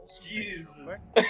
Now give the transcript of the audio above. Jesus